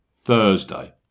Thursday